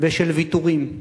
ושל ויתורים.